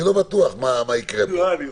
אני לא בטוח מה יקרה פה.